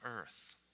earth